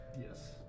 Yes